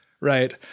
right